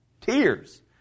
tears